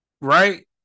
Right